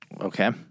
Okay